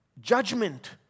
Judgment